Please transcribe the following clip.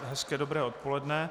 Hezké dobré odpoledne.